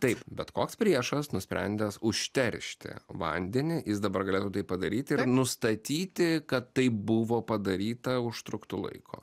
taip bet koks priešas nusprendęs užteršti vandenį jis dabar galėtų tai padaryti ir nustatyti kad tai buvo padaryta užtruktų laiko